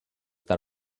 that